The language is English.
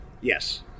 Yes